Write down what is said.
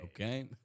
Okay